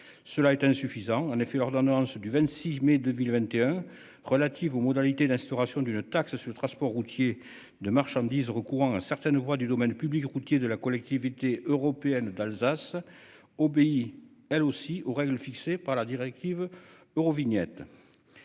Cela est insuffisant. En effet, l'ordonnance du 26 mai 2021 relatives aux modalités l'instauration d'une taxe sur le transport routier de marchandises au courant hein. Certaines voix du domaine public routier de la collectivité européenne d'Alsace. Obéit. Elle aussi aux règles fixées par la directive Eurovignette.